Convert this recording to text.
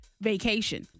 vacation